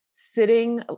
Sitting